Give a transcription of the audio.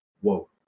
Whoa